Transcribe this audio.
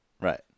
Right